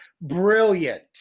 Brilliant